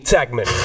Tagman